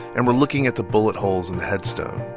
and we're looking at the bullet holes in the headstone.